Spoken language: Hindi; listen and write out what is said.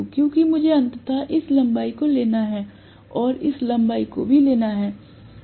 क्योंकि मुझे अंततः इस लंबाई को लेना है और इस लंबाई को भी लेना है